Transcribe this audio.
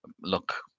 look